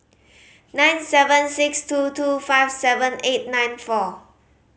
nine seven six two two five seven eight nine four